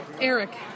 Eric